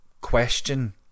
question